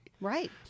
Right